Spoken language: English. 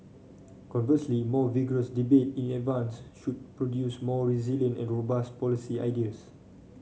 conversely more vigorous debate in advance should produce more resilient and robust policy ideas